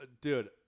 dude